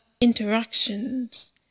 interactions